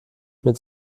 mit